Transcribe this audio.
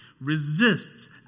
resists